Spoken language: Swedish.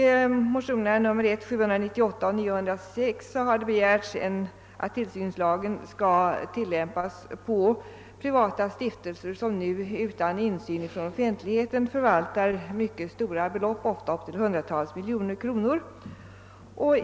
I motionsparet I: 798 och II: 906 har begärts att tillsynslagen skall tillämpas på privata stiftelser, som nu utan tillsyn från offentligheten förvaltar mycket stora belopp, ofta upp till hundratals miljoner kronor.